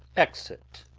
exit.